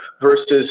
versus